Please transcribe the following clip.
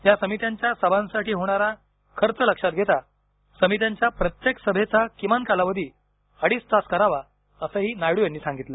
या समित्यांच्या सभांसाठी होणारा खर्च लक्षात घेता समित्यांच्या प्रत्येक सभेचा किमान कालावधी अडीच तास करावा असंही नायडू यांनी सांगितलं